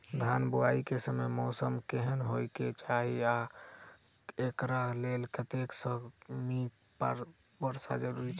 धान बुआई समय मौसम केहन होइ केँ चाहि आ एकरा लेल कतेक सँ मी वर्षा जरूरी छै?